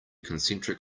concentric